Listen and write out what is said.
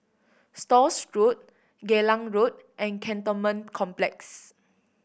Stores Road Geylang Road and Cantonment Complex